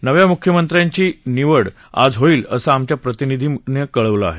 नव्या मुख्यमंत्र्यांची निवड आज होईल असं आमच्या प्रतिनिधीनं कळवलं आहे